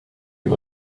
you